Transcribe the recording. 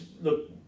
look